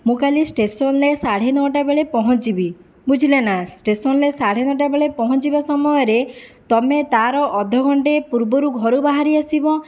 ମୁଁ କାଲି ଷ୍ଟେସନରେ ସାଢ଼େ ନଅଟା ବେଳେ ପହଁଞ୍ଚିବି ବୁଝିଲେ ନା ଷ୍ଟେସନରେ ସାଢ଼େ ନଅଟା ବେଳେ ପହଁଞ୍ଚିବା ସମୟରେ ତୁମେ ତାର ଅଧ ଘଣ୍ଟେ ପୂର୍ବରୁ ଘରୁ ବାହାରି ଆସିବ